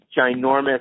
ginormous